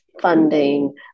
funding